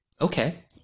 okay